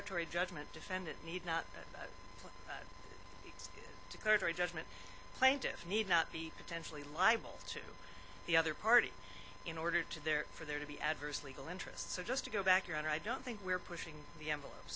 atory judgment defendant need not to go to a judgment plaintiff need not be potentially liable to the other party in order to there for there to be adverse legal interest so just to go back your honor i don't think we're pushing the envelope